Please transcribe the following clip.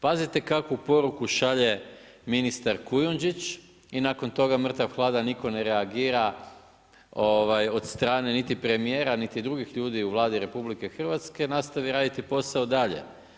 Pazite kakvu poruku šalje ministar Kujunžić i nakon toga mrtav hladan nitko ne reagira od strane niti premjera niti od drugih ljudi u Vladi RH, nastavi raditi posao dalje.